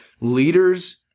leaders